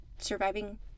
surviving